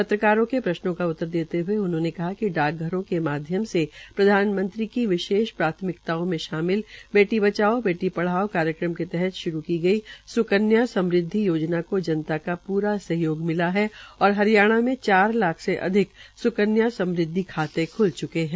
पत्रकारों के प्रश्नों का उत्तर देते हए उन्होंने कहा कि डाकघरों के माध्यम से प्रधानमंत्री की विशेष प्राथमिकताओं में शामिल बेटी बचाओ बेटी पढाओ कार्यक्रम के तहत श्रू की गई स्कन्या समृद्वि योजना को जनता का पूरा सहयोग मिला है और हरियाणा में चार लाख से अधिक स्कन्या समृद्वि खाते ख्ल च्के है